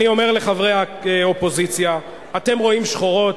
אני אומר לחברי האופוזיציה: אתם רואים שחורות.